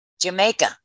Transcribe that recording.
Jamaica